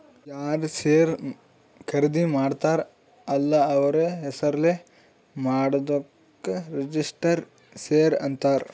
ಯಾರ್ ಶೇರ್ ಖರ್ದಿ ಮಾಡ್ತಾರ ಅಲ್ಲ ಅವ್ರ ಹೆಸುರ್ಲೇ ಮಾಡಾದುಕ್ ರಿಜಿಸ್ಟರ್ಡ್ ಶೇರ್ ಅಂತಾರ್